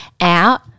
out